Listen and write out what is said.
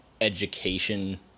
education